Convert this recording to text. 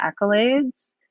accolades